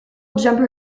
jumper